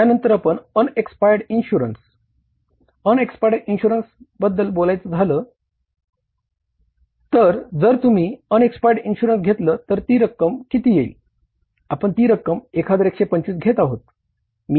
यानंतर आपण unexpired insurance आपण उपयोग केला आहे